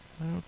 Okay